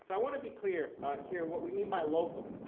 so i want to be clear here what we mean by local,